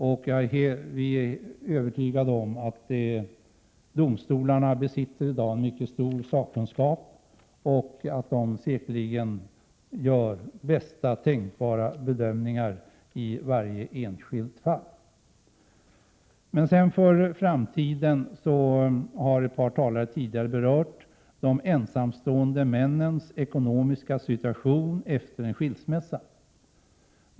Vi är övertygade om att domstolarna i dag besitter en mycket stor sakkunskap och säkerligen gör bästa tänkbara bedömningar i varje enskilt fall. Inför framtiden har ett par talare tidigare berört de ensamstående männens ekonomiska situation efter skilsmässa.